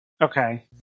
Okay